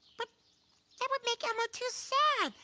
but that would make elmo too sad.